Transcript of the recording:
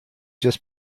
just